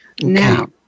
Now